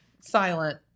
silent